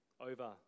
over